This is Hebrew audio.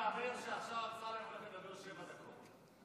מהמר שעכשיו אתה מדבר שבע דקות.